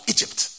Egypt